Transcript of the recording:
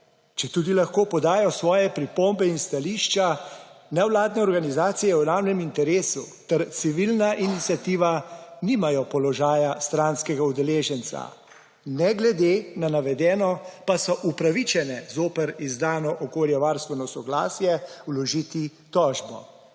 četudi lahko podajo svoje pripombe in stališča, nevladne organizacije v javnem interesu ter civilna iniciativa nimajo položaja stranskega udeleženca, ne glede na navedeno pa so upravičene zoper izdano okoljevarstveno soglasje vložiti tožbo.